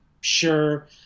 Sure